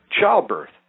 Childbirth